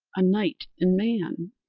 a night in man,